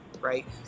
right